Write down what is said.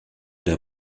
der